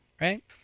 Right